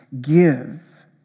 give